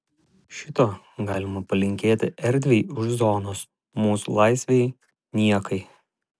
šito galima palinkėti erdvei už zonos mūsų laisvei niekai